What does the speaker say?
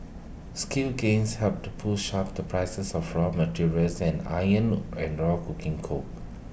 skill gains helped push up the prices of raw materials and iron ore and ore coking coal